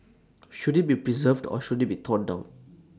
should IT be preserved or should IT be torn down